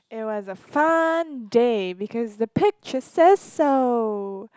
it was a fun day because the picture say so